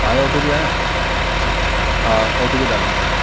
آیا O T P آیا جی او ٹی پی ڈال دیجیے